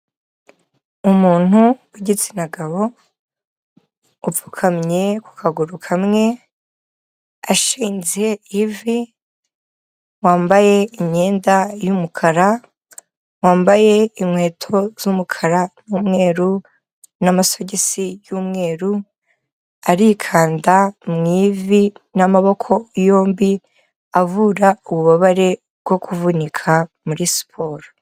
Umuntu w'igitsina gabo, upfukamye ku kaguru kamwe, ashinze ivi, wambaye imyenda y'umukara, wambaye inkweto z'umukara n'umweru n'amasogisi y'umweru, arikanda mu ivi n'amaboko yombi, avura ububabare bwo kuvunika muri siporo